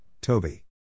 Toby